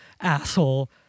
asshole